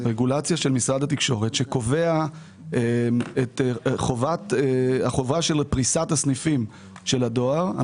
רגולציה של משרד התקשורת שקובעת את חובת פריסת הסניפים של הדואר.